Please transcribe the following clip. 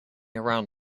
around